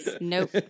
nope